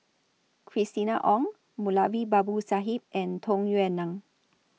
Christina Ong Moulavi Babu Sahib and Tung Yue Nang